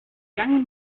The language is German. gang